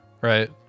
Right